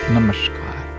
Namaskar